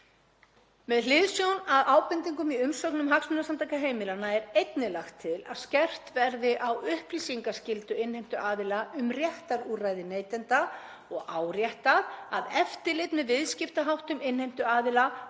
Með hliðsjón af ábendingum í umsögnum Hagsmunasamtaka heimilanna er einnig lagt til að skerpt verði á upplýsingaskyldu innheimtuaðila um réttarúrræði neytenda og áréttað að eftirlit með viðskiptaháttum innheimtuaðila fari